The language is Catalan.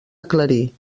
aclarir